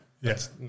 Yes